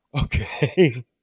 Okay